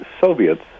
Soviets